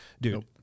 Dude